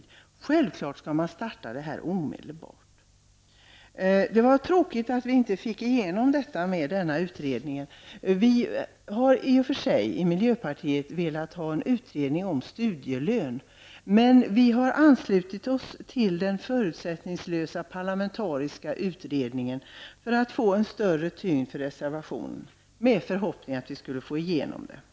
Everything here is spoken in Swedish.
Självfallet skall man omedelbart starta ett arbete här. Det är tråkigt att vi inte har fått igenom kravet på en sådan utredning. I och för sig vill vi i miljöpartiet ha en utredning som studielön. Men vi har anslutit oss till vad den förutsättningslösa parlamentariska utredningen säger -- detta för att reservationen skulle få större tyngd. Vi hoppades därmed att det skulle gå att få igenom detta krav.